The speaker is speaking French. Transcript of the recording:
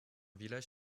village